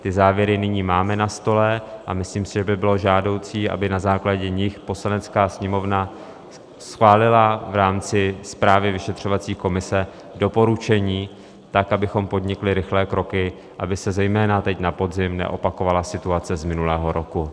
Ty závěry nyní máme na stole a myslím si, že by bylo žádoucí, aby na jejich základě Poslanecká sněmovna schválila v rámci zprávy vyšetřovací komise doporučení tak, abychom podnikli rychlé kroky, aby se zejména teď na podzim neopakovala situace z minulého roku.